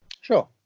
sure